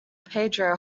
pedro